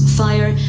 fire